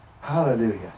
Hallelujah